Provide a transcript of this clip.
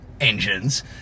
engines